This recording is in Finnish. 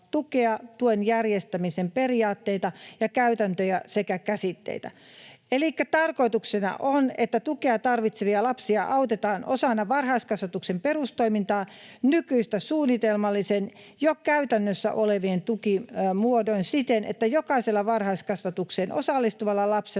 tuen järjestämisen periaatteita ja käytäntöjä sekä käsitteitä. Elikkä tarkoituksena on, että tukea tarvitsevia lapsia autetaan osana varhaiskasvatuksen perustoimintaa nykyistä suunnitelmallisemmin jo käytössä olevin tukimuodoin siten, että jokaisella varhaiskasvatukseen osallistuvalla lapsella on